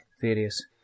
various